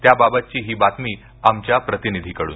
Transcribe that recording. त्या बाबतची ही बातमी आमच्या प्रतिनिधीकडून